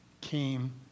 came